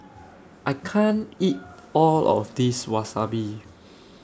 I can't eat All of This Wasabi